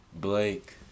Blake